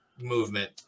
movement